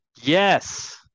Yes